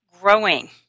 growing